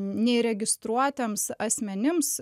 neįregistruotiems asmenims